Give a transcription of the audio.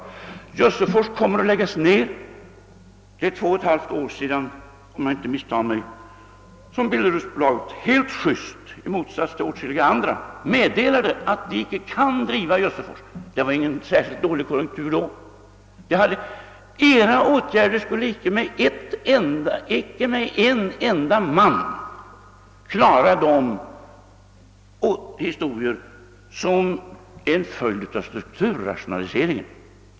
Jössefors kommer att läggas ned. Det är — om jag inte missminner mig — två och ett halvt år sedan Billeruds AB helt just — i motsats till åtskilliga andra företag — meddelade att det inte längre kunde driva Jössefors. Det var inte någon särskilt dålig konjunktur då. Era åtgärder skulle inte med en enda man förbättra den situation, som är en följd av strukturrationaliseringen.